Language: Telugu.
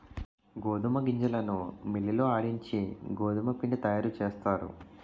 గోధుమ గింజలను మిల్లి లో ఆడించి గోధుమపిండి తయారుచేస్తారు